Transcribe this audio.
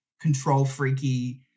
control-freaky